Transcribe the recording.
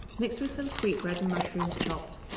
mix with some sweetbread and mushrooms chopped.